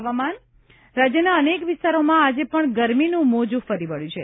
હવામાન રાજ્યના અનેક વિસ્તારોમાં આજે પણ ગરમીનું મોજુ ફરી વળ્યું છે